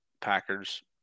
Packers